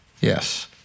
yes